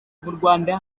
rwanda